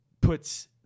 puts